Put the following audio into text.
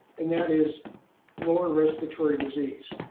and that is lower respiratory disease,